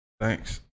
Thanks